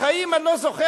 בחיים אני לא זוכר,